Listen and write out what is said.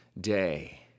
day